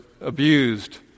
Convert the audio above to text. abused